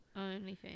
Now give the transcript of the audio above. OnlyFans